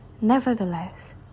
nevertheless